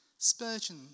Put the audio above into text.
Spurgeon